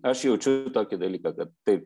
aš jaučiu tokį dalyką kad taip